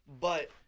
But-